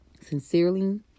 Sincerely